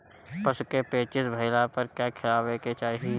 पशु क पेचिश भईला पर का खियावे के चाहीं?